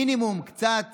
המינימום, קצת